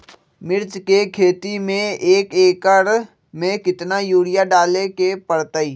मिर्च के खेती में एक एकर में कितना यूरिया डाले के परतई?